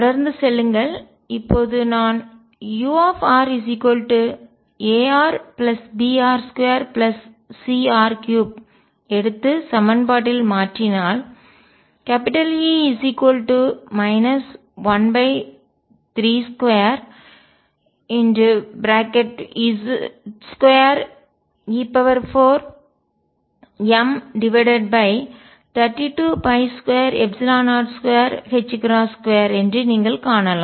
தொடர்ந்து செல்லுங்கள் இப்போது நான் urarbr2cr3 எடுத்து சமன்பாட்டில் மாற்றினால் E 132 என்று நீங்கள் காணலாம்